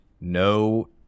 no